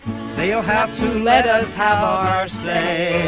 they'll have to let us have our say